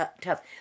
tough